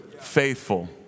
Faithful